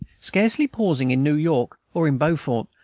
scarcely pausing in new york or in beaufort,